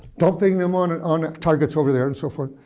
dumping them on and on targets over there and so forth,